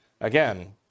Again